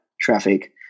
traffic